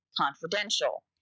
confidential